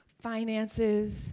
finances